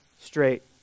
straight